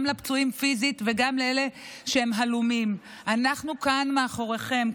גם לפצועים פיזית וגם לאלה שהם הלומים: אנחנו כאן מאחוריכם,